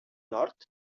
nord